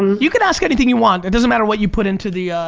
you can ask anything you want, it doesn't matter what you put into the